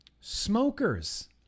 smokers